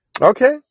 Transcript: Okay